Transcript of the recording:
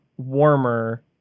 warmer